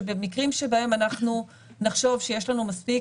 שבמקרים שבהם אנחנו נחשוב שיש לנו מספיק